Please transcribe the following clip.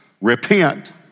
Repent